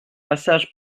passage